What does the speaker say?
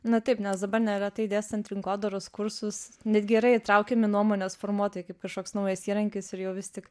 na taip nes dabar neretai dėstant rinkodaros kursus netgi yra įtraukiami nuomonės formuotojai kaip kažkoks naujas įrankis ir jau vis tik